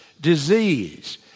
disease